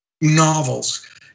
novels